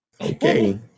Okay